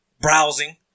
browsing